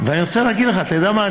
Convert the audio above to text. אני רוצה להגיד לך, אתה יודע מה?